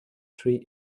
tree